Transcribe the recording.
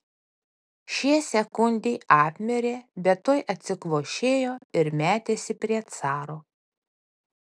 šie sekundei apmirė bet tuoj atsikvošėjo ir metėsi prie caro